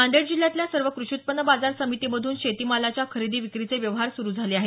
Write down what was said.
नांदेड जिल्ह्यातल्या सर्व क्रषि उत्पन्न बाजार समितीमधून शेतीमालाच्या खरेदी विक्रीचे व्यवहार सुरू झाले आहेत